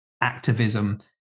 activism